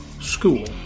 school